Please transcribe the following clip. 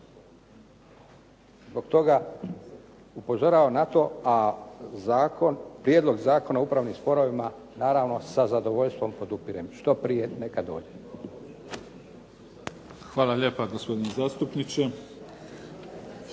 Zbog toga upozoravam na to, a prijedlog Zakona o upravnim sporovima naravno sa zadovoljstvom podupirem. Što prije neka dođe. **Mimica, Neven (SDP)** Hvala lijepo gospodine zastupniče.